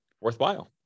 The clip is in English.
worthwhile